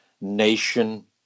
nation